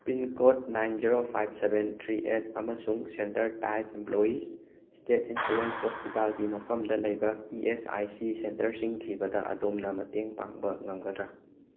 pin code nine zero five seven three eight ꯑꯃꯁꯨꯡ centre type employees state insurance ꯍꯣꯁꯄꯤꯇꯥꯜꯒꯤ ꯃꯐꯝꯗ ꯂꯩꯕ E S I C ꯁꯦꯟꯇꯔꯁꯤꯡ ꯊꯤꯕꯗ ꯑꯗꯣꯝꯅ ꯃꯇꯦꯡ ꯄꯥꯡꯕ ꯉꯝꯒꯗ꯭ꯔꯥ